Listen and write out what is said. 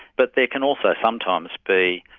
but there can also sometimes be